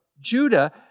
Judah